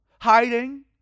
Hiding